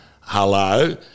hello